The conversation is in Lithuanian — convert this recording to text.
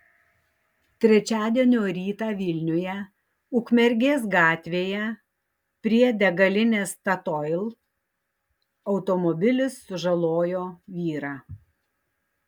trečiadienio rytą vilniuje ukmergės gatvėje prie degalinės statoil automobilis sužalojo vyrą